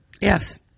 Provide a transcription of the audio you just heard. Yes